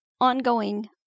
ongoing